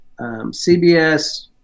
cbs